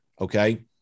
Okay